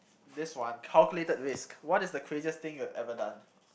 this one calculated risks what is the craziest thing you have ever done